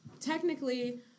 technically